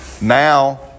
Now